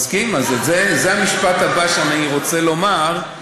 מסכים, אז זה המשפט הבא שאני רוצה לומר.